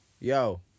yo